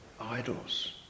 idols